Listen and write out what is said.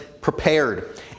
prepared